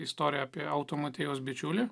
istorija apie automotiejaus bičiulį